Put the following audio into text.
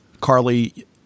Carly